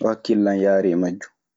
ɗo hakkillan yaari e majjun.